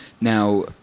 Now